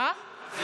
זה